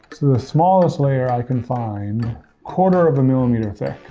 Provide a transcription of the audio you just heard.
the smallest layer i can find quarter of a millimeter thick.